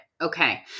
Okay